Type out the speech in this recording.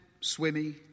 swimmy